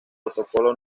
protocolo